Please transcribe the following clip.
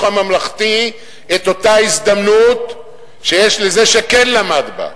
הממלכתי אותה הזדמנות שיש לזה שכן למד בה,